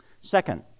Second